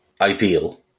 Ideal